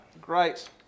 Great